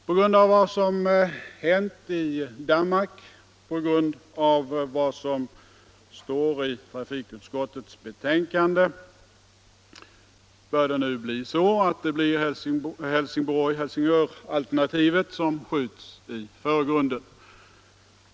På grund av vad som hänt i Danmark och på grund av vad som står i trafikutskottets betänkande bör det nu bli Helsingborg-Helsingör-alternativet som skjuts i förgrunden.